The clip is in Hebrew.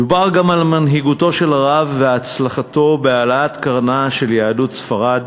דובר גם על מנהיגותו של הרב ועל הצלחתו בהעלאת קרנה של יהדות ספרד